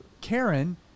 Karen